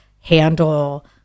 handle